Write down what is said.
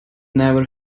never